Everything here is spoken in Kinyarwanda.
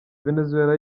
venezuela